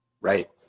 Right